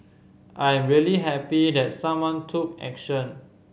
I am really happy that someone took action